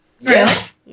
Yes